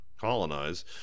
colonize